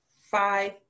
five